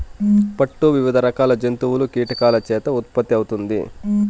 పట్టు వివిధ రకాల జంతువులు, కీటకాల చేత ఉత్పత్తి అవుతుంది